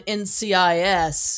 ncis